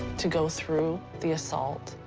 to go through the assault,